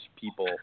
people